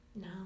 No